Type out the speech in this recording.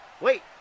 Wait